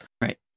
Right